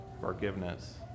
forgiveness